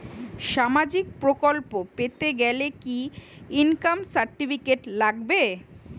সামাজীক প্রকল্প পেতে গেলে কি ইনকাম সার্টিফিকেট লাগবে?